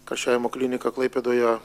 karščiavimo klinika klaipėdoje